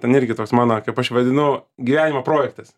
ten irgi toks mano kaip aš vadinu gyvenimo projektas